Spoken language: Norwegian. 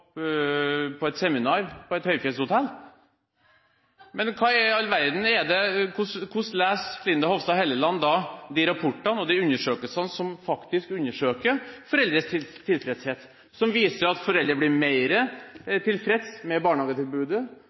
på på et seminar på et høyfjellshotell. Men hvordan i all verden leser da Linda Hofstad Helleland de rapportene og de undersøkelsene som faktisk undersøker foreldres tilfredshet, og som viser at foreldre er blitt mer tilfreds med barnehagetilbudet,